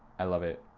i love it.